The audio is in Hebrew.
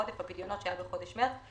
עודף הפדיונות שהיה בחודש מרס,